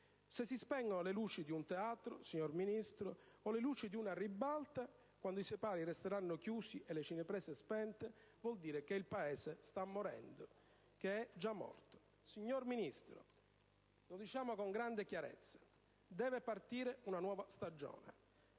Se si spengono le luci di un teatro, signor Ministro, o le luci di una ribalta, quando i sipari resteranno chiusi e le cineprese spente, vuol dire che il Paese sta morendo. Che è già morto. Signor Ministro, lo diciamo con grande chiarezza: deve partire una nuova stagione